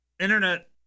Internet